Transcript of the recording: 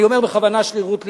אני אומר בכוונה "שרירות לבה",